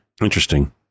Interesting